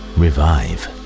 revive